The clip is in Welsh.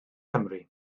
cymru